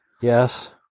Yes